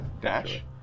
dash